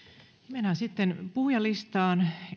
mennään sitten puhujalistaan